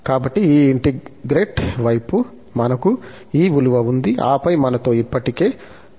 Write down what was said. కాబట్టి ఈ ఇంటిగ్రేట్ వైపు మనకు ఈ విలువ ఉంది ఆపై మనతో ఇప్పటికే |cn|2 ఉంది